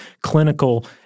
clinical